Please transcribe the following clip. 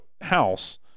house